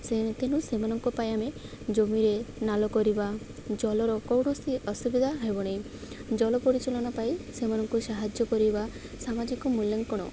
ସେ ତେଣୁ ସେମାନଙ୍କ ପାଇଁ ଆମେ ଜମିରେ ନାଳ କରିବା ଜଳର କୌଣସି ଅସୁବିଧା ହେବନି ଜଳ ପରିଚାଳନା ପାଇଁ ସେମାନଙ୍କୁ ସାହାଯ୍ୟ କରିବା ସାମାଜିକ ମୂଲ୍ୟାଙ୍କନ